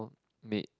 made